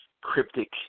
cryptic